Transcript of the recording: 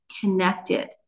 connected